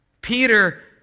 Peter